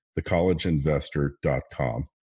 thecollegeinvestor.com